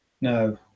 no